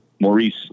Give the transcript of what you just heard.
Maurice